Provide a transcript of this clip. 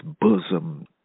bosom